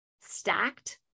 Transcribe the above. stacked